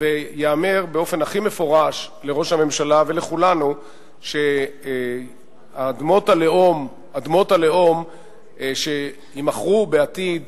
וייאמר באופן הכי מפורש לראש הממשלה ולכולנו שאדמות הלאום שיימכרו בעתיד